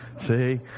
See